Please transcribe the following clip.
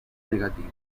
negativo